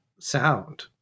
sound